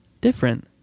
different